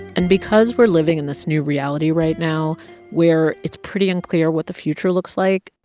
and because we're living in this new reality right now where it's pretty unclear what the future looks like,